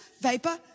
vapor